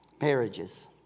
marriages